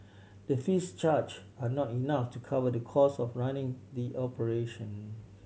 the fees charged are not enough to cover the cost of running the operation